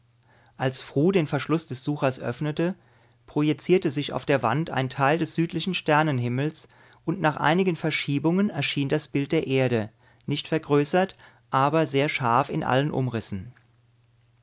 als fru den verschluß des suchers öffnete projizierte sich auf der wand ein teil des südlichen sternenhimmels und nach einigen verschiebungen erschien das bild der erde nicht vergrößert aber sehr scharf in allen umrissen